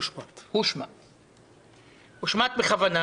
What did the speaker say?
הושמט בכוונה